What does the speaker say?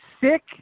sick